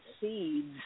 seeds